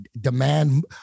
demand